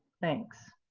thanks.